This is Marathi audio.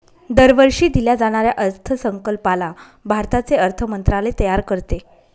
दरवर्षी दिल्या जाणाऱ्या अर्थसंकल्पाला भारताचे अर्थ मंत्रालय तयार करते